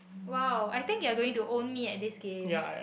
!wow! I think they are going to own me at this game